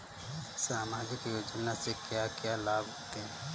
सामाजिक योजना से क्या क्या लाभ होते हैं?